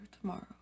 tomorrow